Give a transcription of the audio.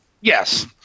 Yes